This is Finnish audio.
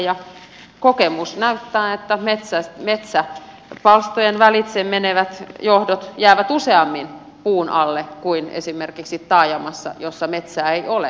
ja kokemus näyttää että metsäpalstojen välitse menevät johdot jäävät useammin puun alle kuin esimerkiksi taajamassa jossa metsää ei ole